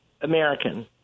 American